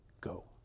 go